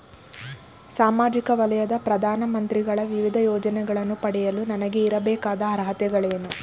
ಸಾಮಾಜಿಕ ವಲಯದ ಪ್ರಧಾನ ಮಂತ್ರಿಗಳ ವಿವಿಧ ಯೋಜನೆಗಳನ್ನು ಪಡೆಯಲು ನನಗೆ ಇರಬೇಕಾದ ಅರ್ಹತೆಗಳೇನು?